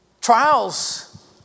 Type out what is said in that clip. Trials